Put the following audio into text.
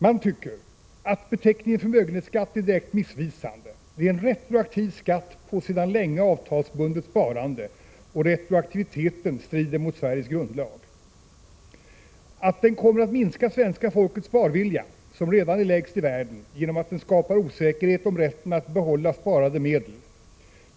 Man tycker: att beteckningen ”förmögenhetsskatt” är direkt missvisande. Det är en retroaktiv skatt på sedan länge avtalsbundet sparande, och retroaktiviteten strider mot Sveriges grundlag, att den kommer att minska svenska folkets sparvilja — som redan är lägst i världen — genom att den skapar osäkerhet om rätten att behålla sparade medel.